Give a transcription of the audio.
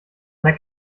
der